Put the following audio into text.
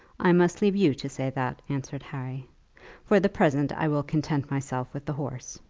i must leave you to say that, answered harry for the present i will content myself with the horse.